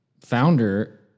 founder